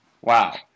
Wow